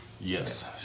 Yes